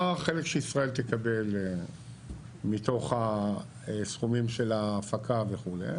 מה החלק שישראל תקבל מתוך הסכומים של ההפקה וכו'.